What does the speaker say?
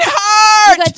heart